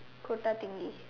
Kota-Tinggi